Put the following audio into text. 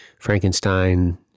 Frankenstein